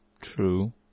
True